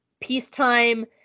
peacetime